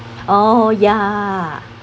oh ya